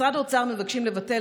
במשרד האוצר מבקשים לבטל,